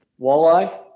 Walleye